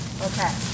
Okay